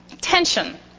tension